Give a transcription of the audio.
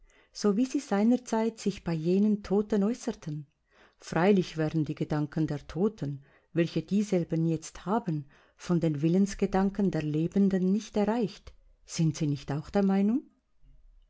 so wie sie seinerzeit sich bei jenen toten äußerten freilich werden die gedanken der toten welche dieselben jetzt haben von den willensgedanken der lebenden nicht erreicht sind sie nicht auch der meinung